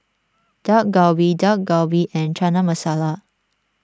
Dak Galbi Dak Galbi and Chana Masala